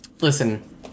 listen